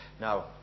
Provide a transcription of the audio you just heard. now